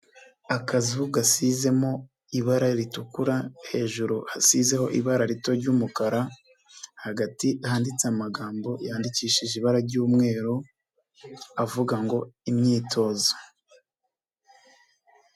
Akazu gasizemo ibara ritukura hejuru hasizeho ibara rito ry'umukara hagati handitse amagambo yandikishije ibara ry'umweru avuga ngo imyitozo.